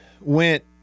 went